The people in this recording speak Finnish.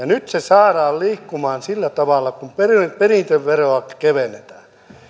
nyt se saadaan liikkumaan sillä tavalla että perintöveroa kevennetään